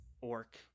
orc